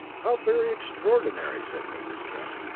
how very extraordinary, said mrs. kent.